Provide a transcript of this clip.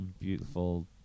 beautiful